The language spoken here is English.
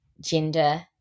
gender